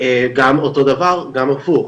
גם הפוך,